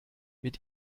mit